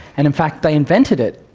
and in fact they invented it,